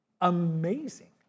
amazing